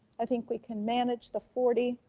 i think we can manage the forty